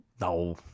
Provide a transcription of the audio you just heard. No